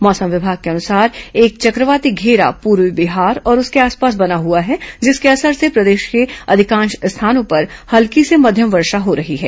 मौसम विभाग के अनुसार एक चक्रवाती घेरा पूर्वी बिहार और उसके आसपास बना हुआ है जिसके असर से प्रदेश के अधिकांश स्थानों पर हल्की से मध्यम वर्षा हो रही है